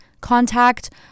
contact